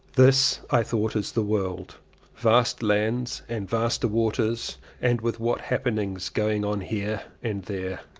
this i thought is the world vast lands and vaster waters and with what happenings going on here and there!